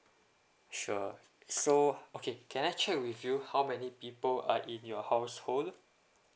sure so okay can I check with you how many people are in your household